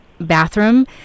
bathroom